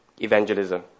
evangelism